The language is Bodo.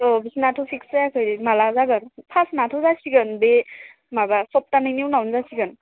औ बिसोरनाथ' फिख्स जायाखै माब्ला जागोन फार्स्टनाथ' जासिगोन बे माबा सबथानैनि उनावनो जासिगोन